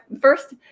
first